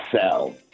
sell